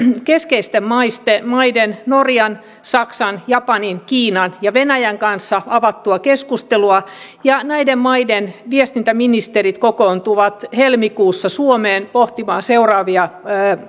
keskeisten maiden maiden norjan saksan japanin kiinan ja venäjän kanssa avattua keskustelua ja näiden maiden viestintäministerit kokoontuvat helmikuussa suomeen pohtimaan seuraavia